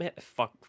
fuck